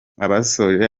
abasoje